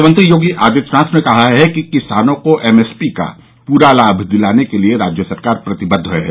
मुख्यमंत्री योगी आदित्यनाथ ने कहा है कि किसानों को एमएसपी का पूरा लाम दिलाने के लिये राज्य सरकार प्रतिबद्ध है